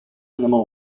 animal